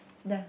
nah